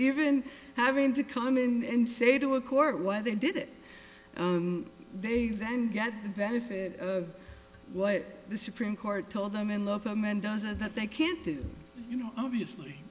even having to come in and say to a court why they did it they then get the benefit of what the supreme court told them and love them and doesn't that they can't do you know obviously